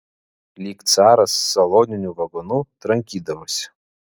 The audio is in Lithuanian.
lyg caras saloniniu vagonu trankydavosi